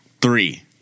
Three